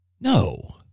No